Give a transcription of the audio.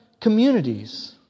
communities